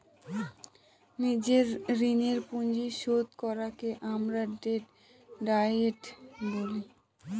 নিজের ঋণের পুঁজি শোধ করাকে আমরা ডেট ডায়েট বলি